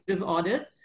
audit